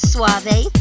Suave